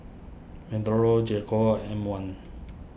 J Co M one